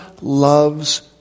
loves